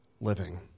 living